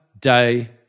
day